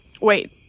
Wait